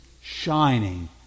shining